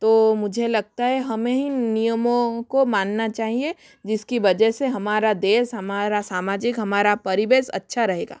तो मुझे लगता है हमें ही नियमों को मानना चाहिए जिसकी वजह से हमारा देश हमारा सामाजिक हमारा परिवेश अच्छा रहेगा